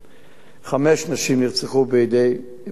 חמש נשים נרצחו בידי בני-זוגן.